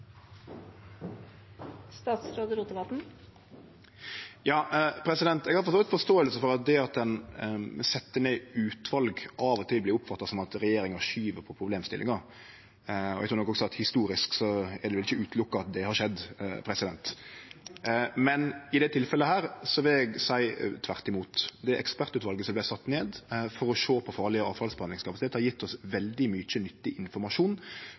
at det at ein set ned utval, av og til vert oppfatta som at regjeringa skyv på problemstillinga, og historisk er det vel ikkje utenkjeleg at det har skjedd. Men i dette tilfellet vil eg seie: tvert imot. Det ekspertutvalet som vart sett ned for å sjå på behandlingskapasiteten for farleg avfall, har gjeve oss veldig mykje nyttig informasjon